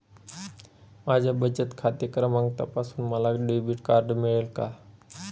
माझा बचत खाते क्रमांक तपासून मला डेबिट कार्ड मिळेल का?